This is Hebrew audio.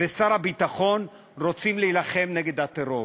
ושר הביטחון רוצים להילחם בטרור,